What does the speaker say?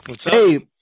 Hey